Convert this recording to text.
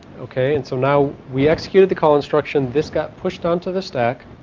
okay and so now we executed the call instruction this got pushed onto the stack